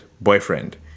boyfriend